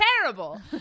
terrible